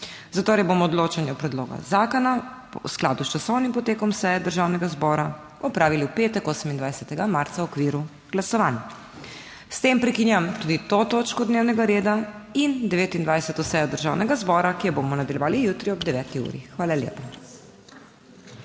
Zatorej bomo odločanje o predlogu zakona v skladu s časovnim potekom seje Državnega zbora opravili v petek, 28. marca v okviru glasovanj. S tem prekinjam tudi to točko dnevnega reda in 29. sejo Državnega zbora, ki jo bomo nadaljevali jutri ob 9. uri. Hvala lepa.